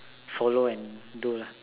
follow and do lah